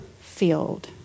field